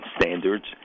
standards